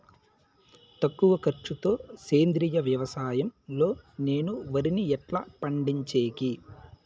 తక్కువ ఖర్చు తో సేంద్రియ వ్యవసాయం లో నేను వరిని ఎట్లా పండించేకి?